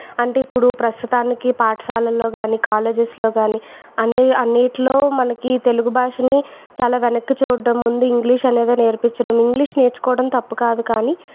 అంటే ఇప్పుడు ప్రస్తుతానికి పాఠశాలలో కానీ కాలేజీస్లో కానీ అన్ని అన్నిటిలో మనకి తెలుగు భాషని చాలా వెనక్కి చూడడం ముందు ఇంగ్లీష్ అనేది నేర్పించడం ఇంగ్లీష్ నేర్చుకోవడం తప్పు కాదు కాని